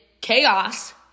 chaos